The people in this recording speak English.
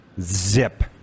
Zip